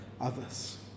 others